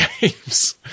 games